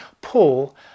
Paul